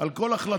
על כל החלטה.